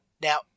now